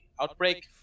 outbreak